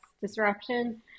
disruption